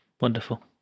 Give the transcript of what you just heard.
wonderful